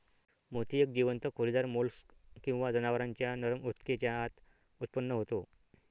मोती एक जीवंत खोलीदार मोल्स्क किंवा जनावरांच्या नरम ऊतकेच्या आत उत्पन्न होतो